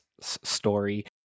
story